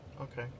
Okay